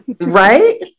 Right